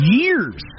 years